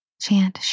Chant